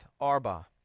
Arba